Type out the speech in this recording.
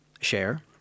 share